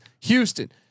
Houston